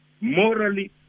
morally